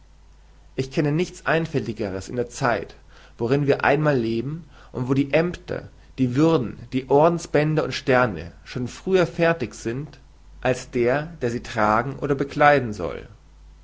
ich kenne nichts einfältigeres in der zeit worin wir einmal leben und wo die aemter die würden die ordensbänder und sterne schon früher fertig sind als der der sie tragen oder bekleiden soll